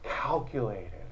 calculated